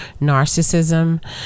narcissism